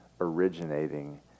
originating